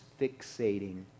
fixating